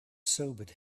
sobered